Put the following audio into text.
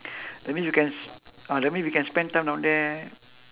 that means we can s~ ah that mean we can spend time down there